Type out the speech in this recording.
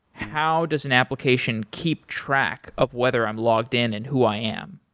how does an application keep track of whether i'm logged in and who i am?